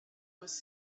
was